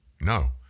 No